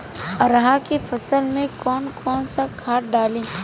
अरहा के फसल में कौन कौनसा खाद डाली?